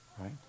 right